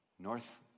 North